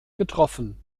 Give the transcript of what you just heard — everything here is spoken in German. getroffen